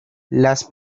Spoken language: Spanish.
las